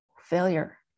failure